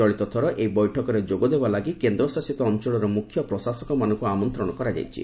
ଚଳିତ ଥର ଏହି ବୈଠକରେ ଯୋଗ ଦେବାଲାଗି କେନ୍ଦ୍ରଶାସିତ ଅଞ୍ଚଳର ମ୍ରଖ୍ୟ ପ୍ରଶାସକମାନଙ୍କୁ ଆମନ୍ତ୍ରଣ କରାଯାଇଛି